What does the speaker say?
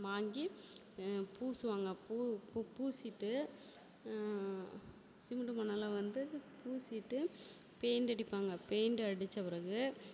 வாங்கி பூசுவாங்க பூ பூ பூசிவிட்டு சிமிண்டு மணல் எல்லாம் வந்து பூசிவிட்டு பெயிண்ட் அடிப்பாங்க பெயிண்ட் அடித்த பிறகு